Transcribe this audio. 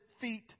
feet